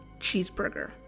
cheeseburger